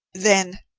then,